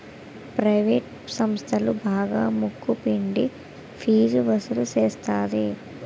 private సంస్థలు బాగా ముక్కు పిండి ఫీజు వసులు సేత్తది